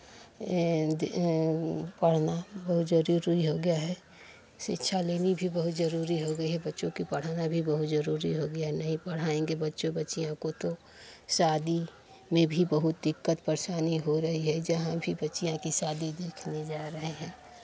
पढ़ना बहुत ज़रूरी हो गया है शिक्षा लेनी भी बहुत ज़रूरी हो गई है बच्चों की पढ़ाना भी बहुत ज़रूरी हो गया है नहीं पढ़ाएँगे बच्चों बच्चियों को तो शादी में भी बहुत दिक्कत परेशानी हो रही है जहाँ भी बच्चियाँ की शादी देखने जा रहे हैं